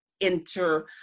enter